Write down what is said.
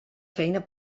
feina